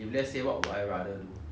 when 我打 game ah